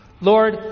Lord